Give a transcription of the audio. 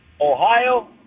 Ohio